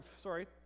sorry